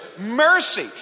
Mercy